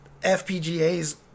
FPGAs